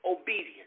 obedience